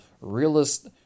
realist